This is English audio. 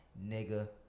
nigga